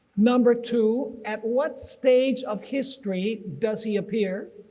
number two, at what stage of history does he appear,